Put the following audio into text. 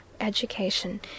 education